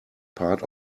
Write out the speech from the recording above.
part